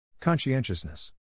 Conscientiousness